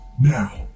now